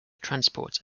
transport